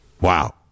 Wow